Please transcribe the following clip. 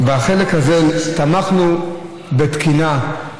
בחלק הזה תמכנו בתקינה,